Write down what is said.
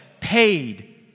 paid